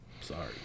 Sorry